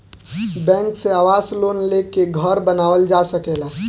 bank से आवास loan लेके घर बानावल जा सकेला